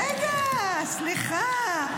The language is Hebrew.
רגע, סליחה.